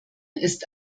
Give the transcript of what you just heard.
ist